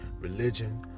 religion